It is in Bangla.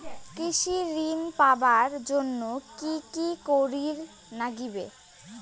কৃষি ঋণ পাবার জন্যে কি কি করির নাগিবে?